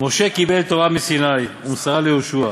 "משה קיבל תורה מסיני ומסרה ליהושע,